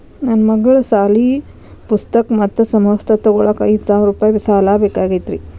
ನನ್ನ ಮಗಳ ಸಾಲಿ ಪುಸ್ತಕ್ ಮತ್ತ ಸಮವಸ್ತ್ರ ತೊಗೋಳಾಕ್ ಐದು ಸಾವಿರ ರೂಪಾಯಿ ಸಾಲ ಬೇಕಾಗೈತ್ರಿ